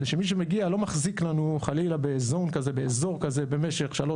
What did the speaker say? זה שמי שמגיע לא מחזיק לנו חלילה באזור כזה במשך שלוש